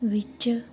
ਵਿੱਚ